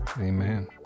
Amen